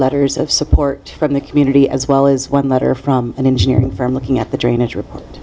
letters of support from the community as well as one letter from an engineering firm looking at the drainage report